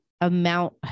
amount